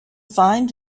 find